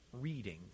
reading